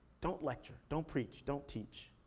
don't lecture, don't preach, don't teach.